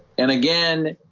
and again,